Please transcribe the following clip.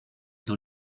dans